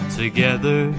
together